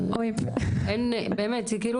אין, באמת, זה כאילו